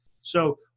So-